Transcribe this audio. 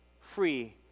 free